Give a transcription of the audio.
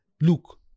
Look